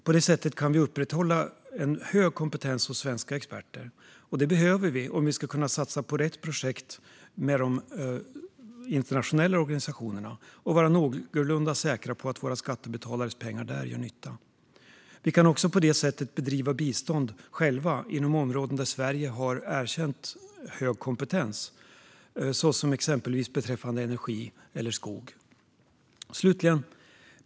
På det sättet kan vi upprätthålla den höga kompetensen hos svenska experter, och det behöver vi om vi ska kunna satsa på rätt projekt med de internationella organisationerna och vara någorlunda säkra på att våra skattebetalares pengar gör nytta där. Vi kan också på det sättet bedriva bistånd själva inom områden där Sverige har erkänt hög kompetens, exempelvis beträffande energi och skog.